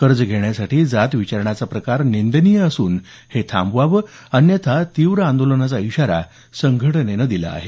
कर्ज घेण्यासाठी जात विचारण्याचा प्रकार निंदनीय असून हे थांबवावं अन्यथा तीव्र आंदोलनाचा इशारा संघटनेनं दिला आहे